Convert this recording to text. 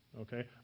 okay